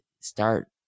start